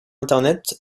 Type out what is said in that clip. internet